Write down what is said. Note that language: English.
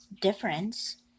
difference